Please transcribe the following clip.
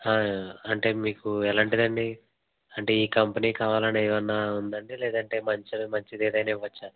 అంటే మీకు ఏలాంటిది అండి అంటే ఈ కంపెనీ కావాలని ఏదైన ఉందా లేదంటే మంచి మంచిది ఏదైన ఇవ్వచ్చా